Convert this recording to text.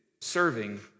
serving